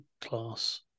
class